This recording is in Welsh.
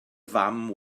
fam